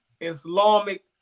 Islamic